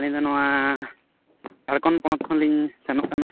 ᱟᱹᱞᱤᱧ ᱱᱚᱣᱟ ᱡᱷᱟᱨᱠᱷᱚᱸᱰ ᱯᱚᱱᱚᱛ ᱠᱷᱚᱱᱞᱤᱧ ᱥᱮᱱᱚᱜ ᱠᱟᱱᱟ